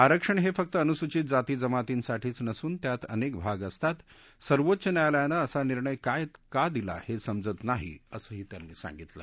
आरक्षण हे फक्त अनुसूचित जाती जमातींसाठीच नसून त्यात अनेक भाग असतांना सर्वोच्च न्यायालयानं असा निर्णय का दिला हे समजत नाही असंही त्यांनी सांगितलं